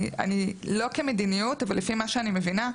אני, לא כמדיניות, אבל לפי מה שאני מבינה,